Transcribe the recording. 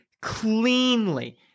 cleanly